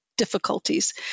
difficulties